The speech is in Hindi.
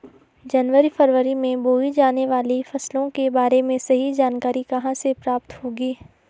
जनवरी फरवरी में बोई जाने वाली फसलों के बारे में सही जानकारी कहाँ से प्राप्त होगी?